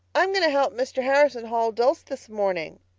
i'm going to help mr. harrison haul dulse this morning,